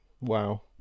Wow